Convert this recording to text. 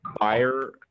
buyer